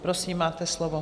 Prosím, máte slovo.